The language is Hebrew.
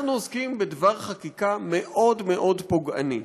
אנחנו עוסקים בדבר חקיקה מאוד מאוד פוגעני,